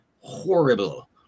horrible